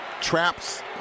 traps